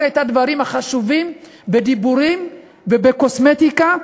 את הדברים החשובים בדיבורים ובקוסמטיקה,